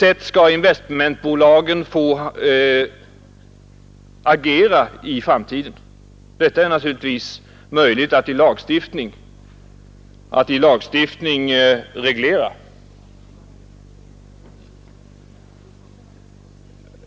Det är naturligtvis möjligt att genom lagstiftning reglera exempelvis på vilket sätt investmentbolagen skall få agera i framtiden.